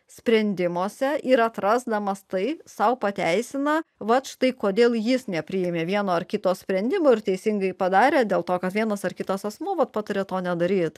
sprendimuose ir atrasdamas tai sau pateisina vat štai kodėl jis nepriėmė vieno ar kito sprendimo ir teisingai padarė dėl to kad vienas ar kitas asmuo vat patarė to nedaryti